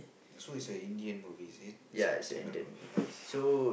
so it's an Indian movie is it it's a Tamil movie